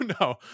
no